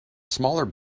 smaller